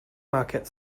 market